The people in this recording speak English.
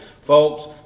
Folks